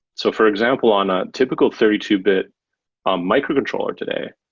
so for example, on a typical thirty two bit ah microcontroller today,